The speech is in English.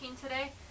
today